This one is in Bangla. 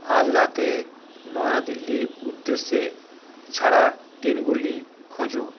আজ রাতে নয়াদিল্লির উদ্দেশ্যে ছাড়ার ট্রেনগুলি খোঁজো